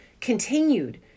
continued